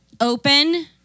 open